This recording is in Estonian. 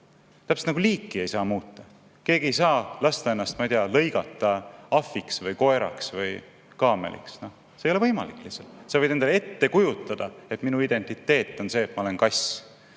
Täpselt nagu liiki ei saa muuta, keegi ei saa lasta ennast lõigata ahviks, koeraks või kaameliks. See ei ole lihtsalt võimalik. Sa võid endale ette kujutada, et minu identiteet on see, et ma olen kass.